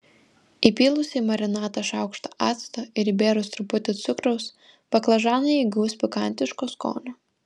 įpylus į marinatą šaukštą acto ir įbėrus truputį cukraus baklažanai įgaus pikantiško skonio